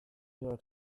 york